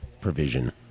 provision